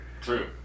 True